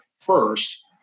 first